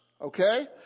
okay